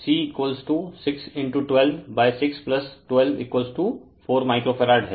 Refer Slide Time 0559 तो C6126124 micro farad हैं